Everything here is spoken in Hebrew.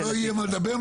אוקיי, לא יהיה מה לדבר.